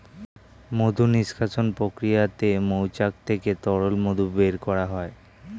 মধু নিষ্কাশণ প্রক্রিয়াতে মৌচাক থেকে তরল মধু বের করা হয়